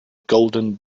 golden